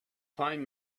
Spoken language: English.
fine